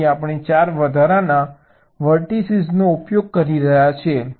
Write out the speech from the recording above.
તેથી આપણે 4 વધારાના વર્ટીસીઝનો ઉપયોગ કરી રહ્યા છીએ